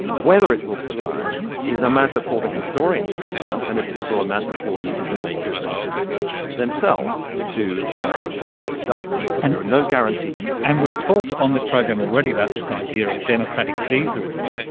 whether it will survive is a matter for the historians to tell us and it's also a matter for decision makers and citizens themselves to ensure that it doesn't. but there and are no guarantees. and we've talked on this program already about this idea of democratic caesarism.